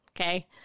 okay